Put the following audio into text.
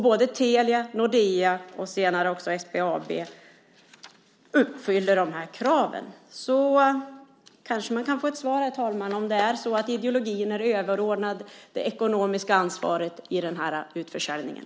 Både Telia och Nordea, och senare också SBAB, uppfyller de kraven. Herr talman! Vi kanske kan få ett svar på om det är så att ideologin är överordnad det ekonomiska ansvaret i den här utförsäljningen.